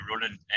running